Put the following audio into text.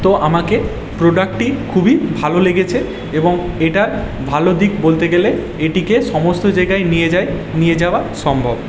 তো আমাকে প্রোডাক্টটি খুবই ভালো লেগেছে এবং এটার ভালো দিক বলতে গেলে এটিকে সমস্ত জায়গায় নিয়ে যাই নিয়ে যাওয়া সম্ভব